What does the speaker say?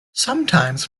sometimes